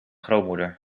grootmoeder